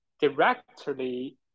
directly